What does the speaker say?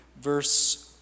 verse